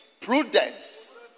prudence